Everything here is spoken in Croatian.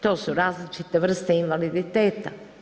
To su različite vrste invaliditeta.